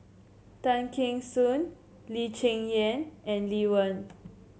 Tay Kheng Soon Lee Cheng Yan and Lee Wen